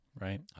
Right